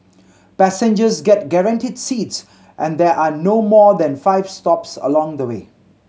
passengers get guaranteed seats and there are no more than five stops along the way